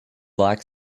black